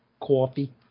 coffee